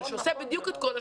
אבל שעושה בדיוק את כל השינוי.